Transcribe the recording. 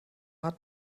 hat